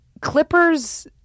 Clippers